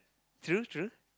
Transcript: true true